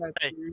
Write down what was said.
hey